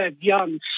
young